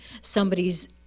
somebody's